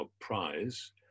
prize